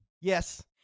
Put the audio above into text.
yes